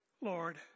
Lord